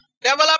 develop